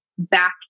back